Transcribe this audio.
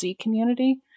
community